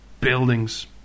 Buildings